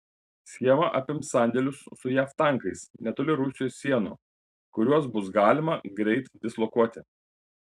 schema apims sandėlius su jav tankais netoli rusijos sienų kuriuos bus galima greit dislokuoti